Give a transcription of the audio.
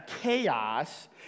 chaos